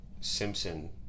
Simpson